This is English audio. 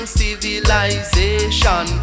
civilization